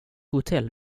hotell